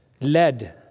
led